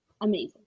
amazing